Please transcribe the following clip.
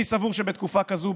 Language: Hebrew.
אני סבור שבתקופה כזו,